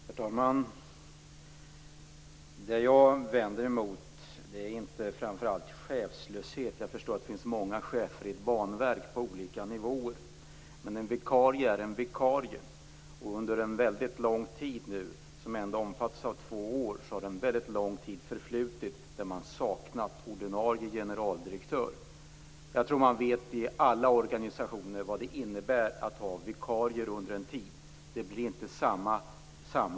Herr talman! Det jag vänder mig mot är inte framför allt chefslöshet. Jag förstår att det finns många chefer på olika nivåer i ett banverk. Men en vikarie är en vikarie. Det har förflutit en mycket lång tid, två år, då man har saknat ordinarie generaldirektör. Jag tror att man i alla organisationer vet vad det innebär att ha vikarier under en tid. Det blir inte samma ordning.